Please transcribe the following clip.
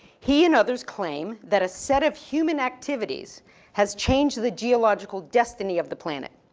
he and others claim that a set of human activities has changed the geological destiny of the planet.